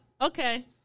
Okay